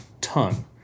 ton